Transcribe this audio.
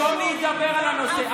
במקום להידבר על הנושא,